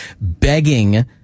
begging